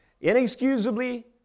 Inexcusably